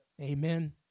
Amen